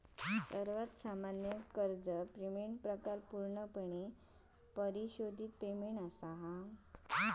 सर्वात सामान्य कर्ज पेमेंट प्रकार पूर्णपणे परिशोधित पेमेंट असा